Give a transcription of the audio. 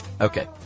Okay